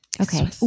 Okay